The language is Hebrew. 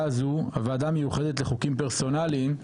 הזאת הוועדה המיוחדת לחוקים פרסונליים.